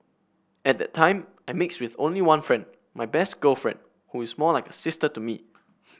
at that time I mixed with only one friend my best girlfriend who is more like a sister to me